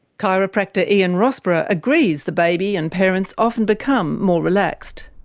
chiropractor ian rossborough agrees the baby and parents often become more relaxed.